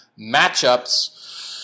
matchups